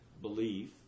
belief